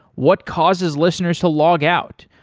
what causes listeners to log out,